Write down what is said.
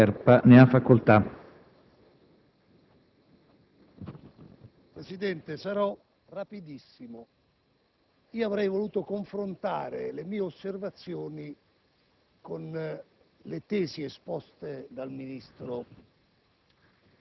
Questa è la nostra sfida. Diversamente, la nostra opposizione è chiara, netta, decisa, come su questo decreto.